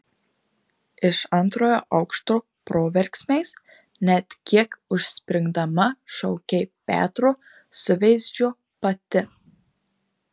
iš antrojo aukšto proverksmiais net kiek užspringdama šaukė petro suveizdžio pati